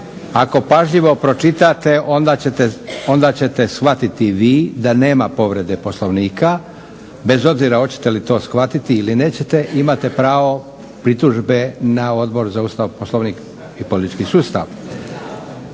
ako pažljivo pročitate onda ćete shvatiti vi da nema povrede Poslovnika, bez obzira hoćete li to shvatiti ili nećete imate pravo pritužbe na Odbor za Ustav, Poslovnik i politički sustav.